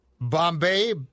Bombay